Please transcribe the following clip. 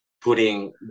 putting